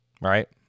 Right